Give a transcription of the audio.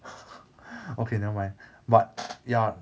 okay nevermind but ya